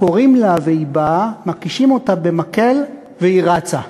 קוראים לה והיא באה, מכישים אותה במקל והיא רצה.